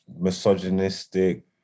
misogynistic